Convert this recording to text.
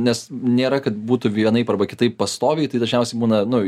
nes nėra kad būtų vienaip arba kitaip pastoviai tai dažniausiai būna nu